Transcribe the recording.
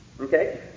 okay